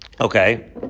Okay